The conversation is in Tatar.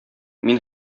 мин